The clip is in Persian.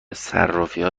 صرافیها